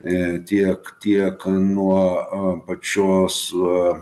į tiek tiek nuo a pačios a